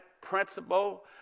principle